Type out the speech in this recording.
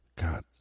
God